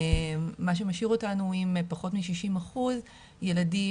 מה שמשאיר אותנו עם פחות מ-60% ילדים,